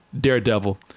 Daredevil